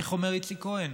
איך אומר איציק כהן?